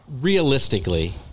realistically